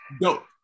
dope